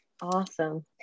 awesome